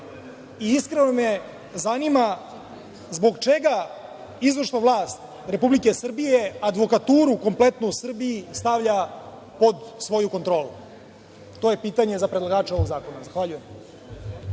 Iskreno me zanima zbog čega izvršna vlast Republike Srbije, advokaturu kompletnu u Srbiji stavlja pod svoju kontrolu? To je pitanje za predlagača ovog zakona. Zahvaljujem.